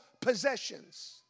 possessions